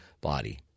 body